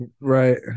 right